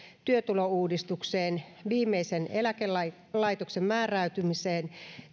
työtulouudistukseen viimeisen eläkelaitoksen määräytymiseen